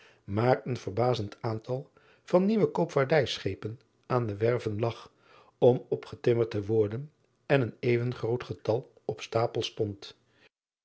maar een verbazend aantal van nieuwe koopvaardijschepen aan de werven lag om opgetimmerd te worden en een even groot getal op stapel stond